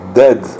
dead